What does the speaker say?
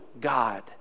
God